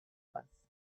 was